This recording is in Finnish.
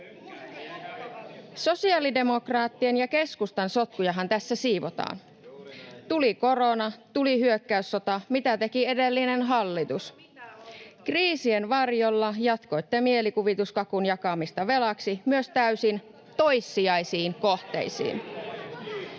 Sosiaalidemokraattien ja keskustan sotkujahan tässä siivotaan. Tuli korona, tuli hyökkäyssota, mitä teki edellinen hallitus? [Krista Kiurun välihuuto] Kriisien varjolla jatkoitte mielikuvituskakun jakamista velaksi myös täysin toissijaisiin kohteisiin.